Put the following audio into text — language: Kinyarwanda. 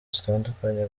zitandukanye